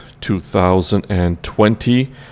2020